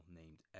named